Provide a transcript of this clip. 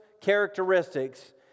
characteristics